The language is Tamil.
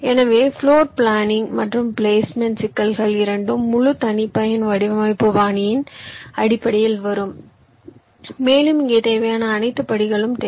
எனவே பிளோர் பிளானிங் மற்றும் பிளேஸ்மெண்ட் சிக்கல்கள் இரண்டும் முழு தனிப்பயன் வடிவமைப்பு பாணியின் அடிப்படையில் வரும் மேலும் இங்கே தேவையான அனைத்து படிகளும் தேவை